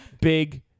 big